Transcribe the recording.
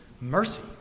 mercy